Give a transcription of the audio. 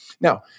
Now